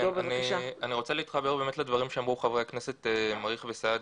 אני רוצה להתחבר לדברים שאמרו חברי הכנסת מריח' וסעדי.